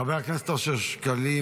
חבר הכנסת אושר שקלים,